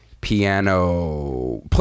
piano